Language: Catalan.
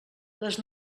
les